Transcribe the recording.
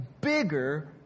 bigger